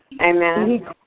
Amen